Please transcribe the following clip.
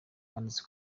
banditse